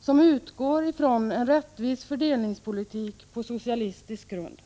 som utgår från en rättvis fördelningspolitik på socialistisk grund.